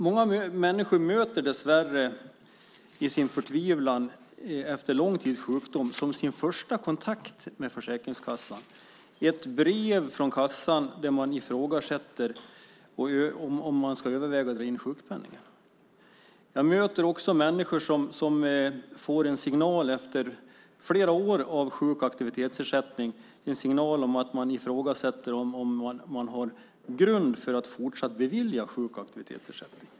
Många människor möter dessvärre i sin förtvivlan efter en lång tids sjukdom som sin första kontakt med Försäkringskassan ett brev från kassan där man ifrågasätter sjukpenningen. Jag möter också människor som får en signal efter flera år av sjuk och aktivitetsersättning om att det ifrågasätts om det finns grund för att fortsatt bevilja sjuk och aktivitetsersättning.